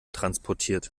transportiert